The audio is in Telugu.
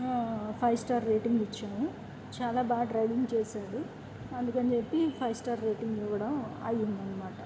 ఫైవ్ స్టార్ రేటింగ్ ఇచ్చాము చాలా బాగా డ్రైవింగ్ చేసాడు అందుకని చెప్పి ఫైవ్ స్టార్ రేటింగ్ కూడా అయ్యింది అన్నమాట